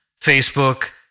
Facebook